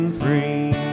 free